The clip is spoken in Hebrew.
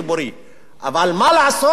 אבל מה לעשות כשאין לך?